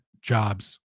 jobs